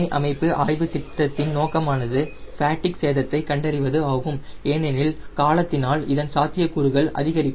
துணை அமைப்பு ஆய்வு திட்டத்தின் நோக்கமானது ஃபேட்டிக் சேதத்தை கண்டறிவது ஆகும் ஏனெனில் காலத்தினால் இதன் சாத்தியக் கூறுகள் அதிகரிக்கும்